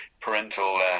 parental